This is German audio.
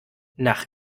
nach